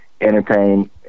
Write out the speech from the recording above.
entertain